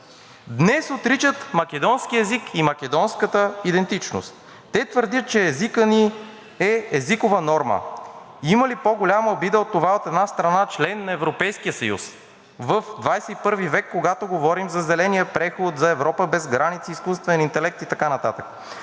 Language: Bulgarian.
днес отричат македонския език и македонската идентичност. Те твърдят, че езикът ни е езикова норма. Има ли по-голяма обида от това от една страна – член на Европейския съюз в 21 век, когато говорим за зеления преход, за Европа без граници, изкуствен интелект и така нататък.